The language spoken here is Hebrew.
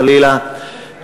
חלילה,